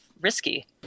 risky